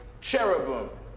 cherubim